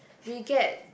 we get